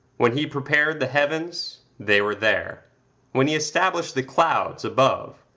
when he prepared the heavens, they were there when he established the clouds above,